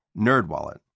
NerdWallet